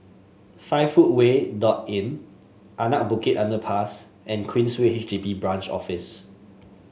Five Footway Inn Anak Bukit Underpass and Queensway H D B Branch Office